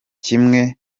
kimwe